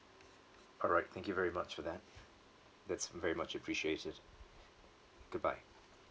alright thank you very much for that that's very much appreciated goodbye